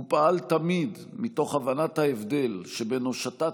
הוא פעל תמיד מתוך הבנת ההבדל שבין הושטת